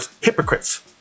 hypocrites